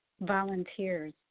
volunteers